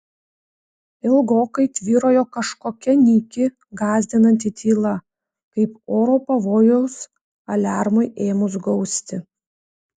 ilgokai tvyrojo kažkokia nyki gąsdinanti tyla kaip oro pavojaus aliarmui ėmus gausti